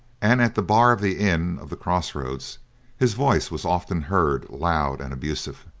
and at the bar of the inn of the crossroads his voice was often heard loud and abusive.